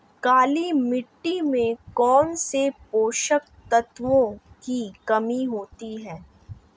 काली मिट्टी में कौनसे पोषक तत्वों की कमी होती है?